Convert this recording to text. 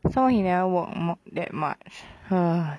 some more he never work much that much ugh